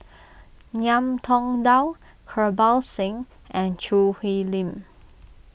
Ngiam Tong Dow Kirpal Singh and Choo Hwee Lim